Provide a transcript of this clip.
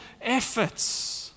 efforts